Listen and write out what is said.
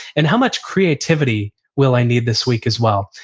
and how much creativity will i need this week as well?